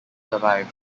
survive